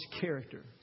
character